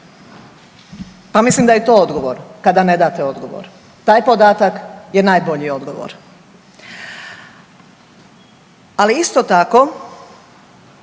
Pa mislim da je to odgovor, kada ne date odgovor, taj podatak je najbolji odgovor. Ali isto tako